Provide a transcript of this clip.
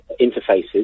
interfaces